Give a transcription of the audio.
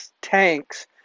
tanks